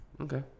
Okay